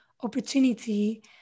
opportunity